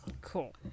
Cool